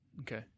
Okay